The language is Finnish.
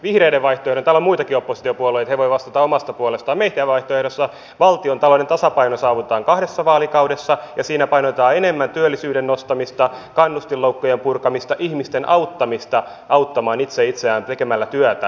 vihreiden vaihtoehdossa täällä on muitakin oppositiopuolueita he voivat vastata omasta puolestaan valtiontalouden tasapaino saavutetaan kahdessa vaalikaudessa ja siinä painotetaan enemmän työllisyyden nostamista kannustinloukkujen purkamista ihmisten auttamista auttamaan itse itseään tekemällä työtä